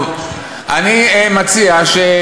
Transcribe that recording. סליחה?